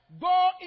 Go